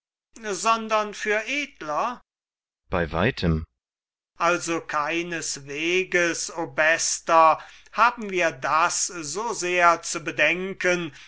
sondern für edler kriton bei weitem sokrates also keineswegs o bester haben wir das so seht zu bedenken